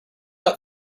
out